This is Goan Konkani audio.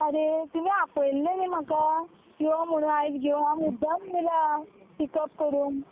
आरे तुमी आपयल्ले न्ही म्हाका यो म्हुणून आयज घेवन मुद्दाम येयलां पिकअप करून